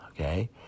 Okay